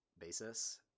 basis